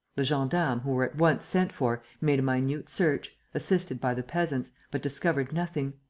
the gendarmes, who were at once sent for, made a minute search, assisted by the peasants, but discovered nothing.